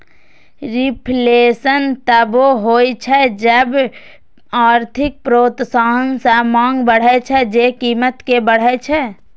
reflation तबो होइ छै जब आर्थिक प्रोत्साहन सं मांग बढ़ै छै, जे कीमत कें बढ़बै छै